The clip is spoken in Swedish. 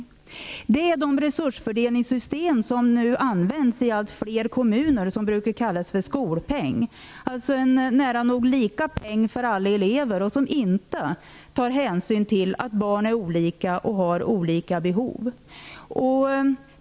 Det är också fråga om det resursfördelningssystem som nu används i allt fler kommuner, vilket brukar kallas för skolpeng -- en nära nog lika stor peng för alla elever. Ingen hänsyn tas till att barn är olika och har olika behov.